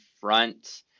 front